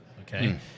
okay